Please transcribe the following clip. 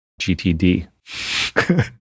GTD